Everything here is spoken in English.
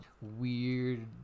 weird